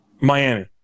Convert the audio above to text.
Miami